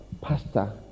pastor